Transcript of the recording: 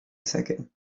second